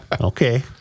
Okay